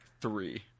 Three